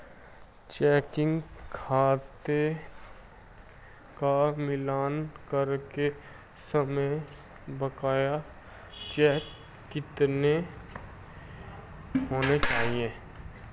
Checking खाते का मिलान करते समय बकाया चेक कितने होने चाहिए?